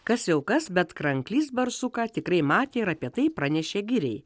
kas jau kas bet kranklys barsuką tikrai matė ir apie tai pranešė giriai